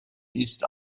ist